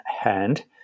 hand